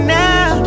now